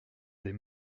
des